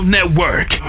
Network